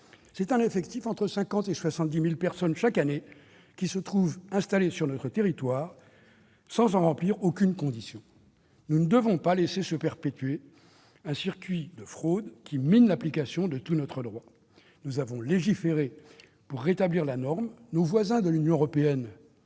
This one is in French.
C'est un effectif compris entre 50 000 et 70 000 personnes, chaque année, qui se trouve installé sur notre territoire sans remplir aucune des conditions requises. Nous ne devons pas laisser se perpétuer un circuit de fraudes, minant l'application de tout notre droit. Nous avons légiféré pour rétablir la norme. Nos voisins de l'Union européenne